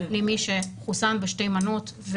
ממי שחוסן בשתי מנות,